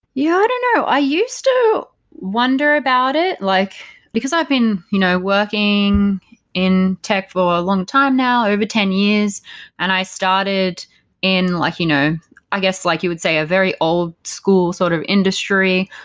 yeah, i don't know. i used to wonder about it, like because i've been you know working in tech for a long time now, over ten years and i started in like you know i guess, like you would say a very old school sort of industry.